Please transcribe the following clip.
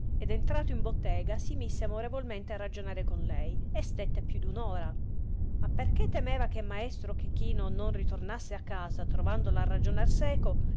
ed entrato in bottega si mise amorevolmente a ragionare con lei e stette più d un ora ma perchè temeva che maestro chechino non ritornasse a casa trovandola a ragionar seco